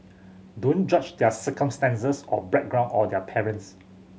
don't judge their circumstances or background or their parents